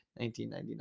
1999